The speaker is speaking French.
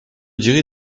dirait